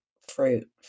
fruit